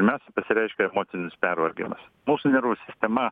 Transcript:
pirmiausia pasireiškia emocinis pervargimas mūsų nervų sistema sistema